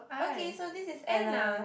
okay so this is Anna